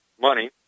money